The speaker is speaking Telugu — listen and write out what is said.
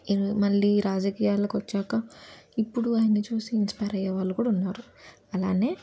ఇంకా మళ్ళీ రాజకీయాలకు వచ్చాక ఇప్పుడు ఆయన్ని చూసి ఇన్స్పైర్ అయ్యేవాళ్ళు కూడా ఉన్నారు అలానే